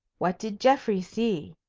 what did geoffrey see?